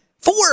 Four